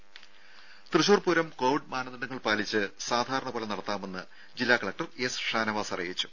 രും തൃശൂർ പൂരം കോവിഡ് മാനദണ്ഡങ്ങൾ പാലിച്ച് സാധാരണ പോലെ നടത്താമെന്ന് ജില്ലാ കലക്ടർ എസ് ഷാനവാസ് അറിയിച്ചു